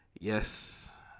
Yes